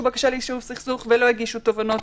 בקשה ליישוב סכסוך ולא הגישו תובענות?